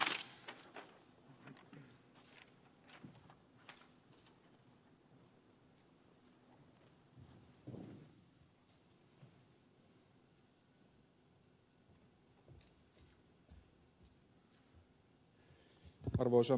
arvoisa puhemies